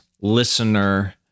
listener